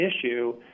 issue